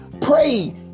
Pray